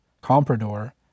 comprador